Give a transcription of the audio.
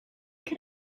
can